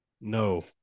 No